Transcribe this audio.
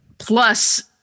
plus